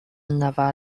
never